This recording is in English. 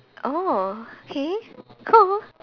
oh okay cool